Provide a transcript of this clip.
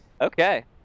Okay